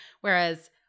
Whereas